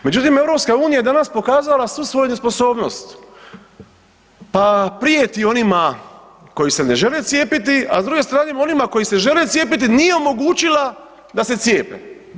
Međutim, EU je danas pokazala svu svoju nesposobnost, pa prijeti onima koji se ne žele cijepiti, a s druge strane onima koji se žele cijepiti nije omogućila da se cijepe.